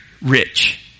rich